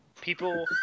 People